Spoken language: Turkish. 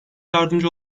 yardımcı